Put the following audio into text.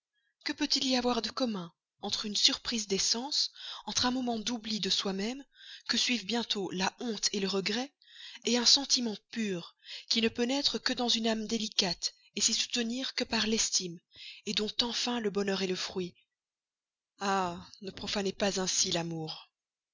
que peut-il y avoir de commun entre une surprise des sens entre un moment d'oubli de soi-même que suivent bientôt la honte le regret un sentiment pur qui ne peut naître que dans une âme délicate ne s'y soutenir que par l'estime dont enfin le bonheur est le fruit ah ne profanez pas ainsi l'amour